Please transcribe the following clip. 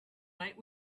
night